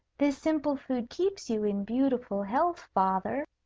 this simple food keeps you in beautiful health, father,